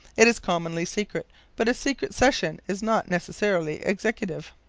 it is commonly secret but a secret session is not necessarily executive.